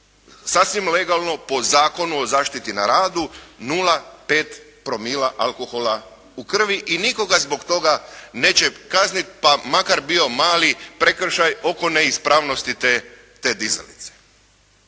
sasvim legalno po Zakonu o zaštiti na radu 0,5 promila alkohola u krvi i nitko ga zbog toga neće kazniti pa makar bio mali prekršaj oko neispravnosti te dizalice.